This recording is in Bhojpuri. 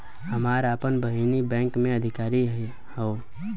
हमार आपन बहिनीई बैक में अधिकारी हिअ